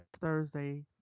thursday